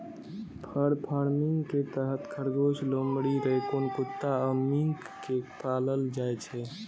फर farming के तहत खरगोश, लोमड़ी, रैकून कुत्ता आ मिंक कें पालल जाइ छै